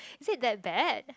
is it that bad